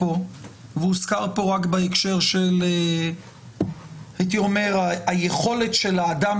נמצאים פה נציגי תקציב של השב"ס שיוכלו לענות,